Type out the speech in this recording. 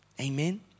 Amen